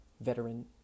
Veteran